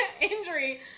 injury